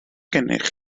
gennych